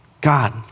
God